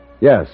Yes